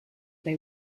they